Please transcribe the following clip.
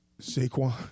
Saquon